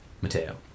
Mateo